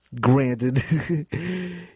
granted